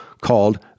called